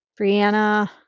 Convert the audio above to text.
Brianna